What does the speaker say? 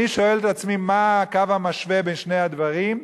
אני שואל את עצמי מה הקו המשווה בין שני הדברים,